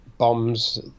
Bombs